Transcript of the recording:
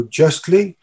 justly